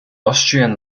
austrian